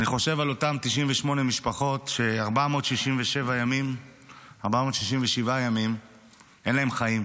ואני חושב על אותן 98 משפחות ש-467 ימים אין להן חיים.